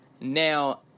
Now